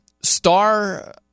star